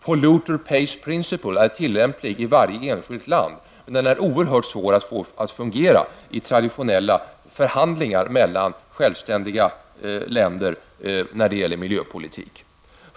Polluter-pays-principle är tillämplig i varje enskilt land, men den är oerhört svår att få att fungera i traditionella förhandlingar mellan självständiga länder när det gäller miljöpolitik.